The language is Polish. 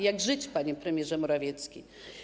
Jak żyć, panie premierze Morawiecki?